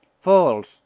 False